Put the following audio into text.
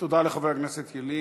תודה רבה לחבר הכנסת ילין.